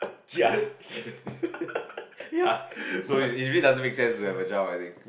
ya ya so it's really it's really doesn't make sense to have a child I think